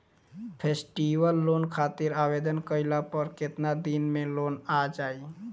Festival loan खातिर आवेदन कईला पर केतना दिन मे लोन आ जाई?